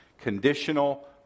conditional